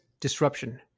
disruption